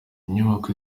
inyubako